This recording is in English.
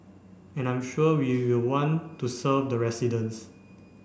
and I'm sure we will want to serve the residents